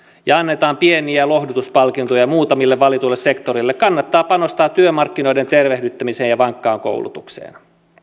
ja annetaan pieniä lohdutuspalkintoja muutamille valituille sektoreille kannattaa panostaa työmarkkinoiden tervehdyttämiseen ja vankkaan koulutukseen